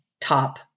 top